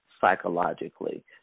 psychologically